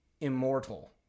immortal